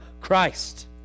Christ